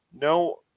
No